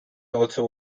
also